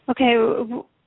Okay